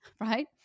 right